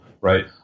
Right